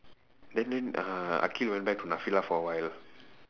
then then uh akhil went back to for a while